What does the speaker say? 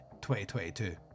2022